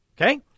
Okay